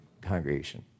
congregation